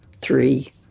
three